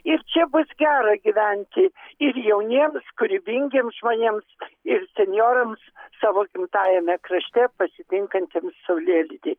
ir čia bus gera gyventi ir jauniems kūrybingiems žmonėms ir senjorams savo gimtajame krašte pasitinkantiems saulėlydį